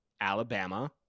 Alabama